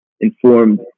informed